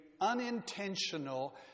unintentional